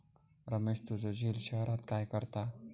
रमेश तुझो झिल शहरात काय करता?